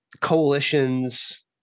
coalitions